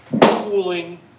cooling